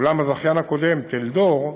אולם הזכיין הקודם, טלדור,